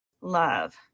Love